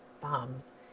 bombs